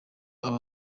aba